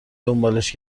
دنبالش